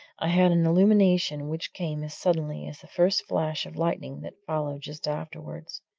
i had an illumination which came as suddenly as the first flash of lightning that followed just afterwards.